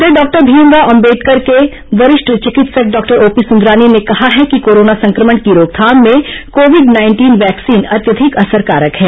उधर डॉक्टर भीमराव अंबेडकर अस्पताल के वरिष्ठ चिकित्सक डॉक्टर ओपी सुंदरानी ने कहा है कि कोरोना संक्रमण की रोकथाम में कोविड नाइंटीन वैक्सीन अत्यधिक असरकारक है